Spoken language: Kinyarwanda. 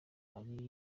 ari